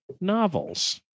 novels